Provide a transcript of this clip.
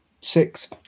six